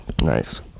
Nice